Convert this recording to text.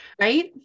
right